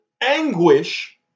anguish